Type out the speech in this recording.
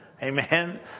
Amen